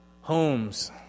homes